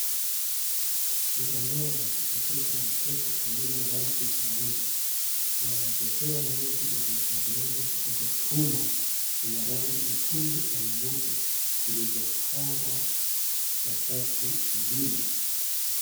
Ni eneo la kuchezesha watoto lililowazi na nje kuna mabembea mingi yaliyotengenezwa kutokea chuma yenye rangi nyekundu na nyeupe ilizopangwa kwa safu mbili.